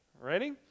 Ready